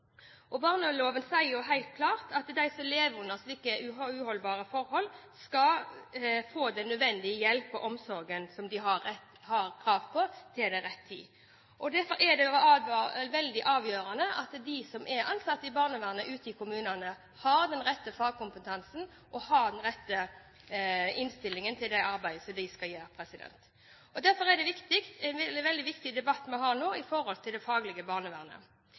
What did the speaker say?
oppvekst. Barneloven sier jo helt klart at de som lever under uholdbare forhold, skal få den nødvendige hjelp og omsorg som de har krav på, til rett tid. Derfor er det veldig avgjørende at de som er ansatt i barnevernet ute i kommunene, har den rette fagkompetansen og den rette innstillingen til det arbeidet som de skal gjøre. Derfor er den debatten vi har nå med hensyn til det faglige i barnevernet,